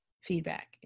feedback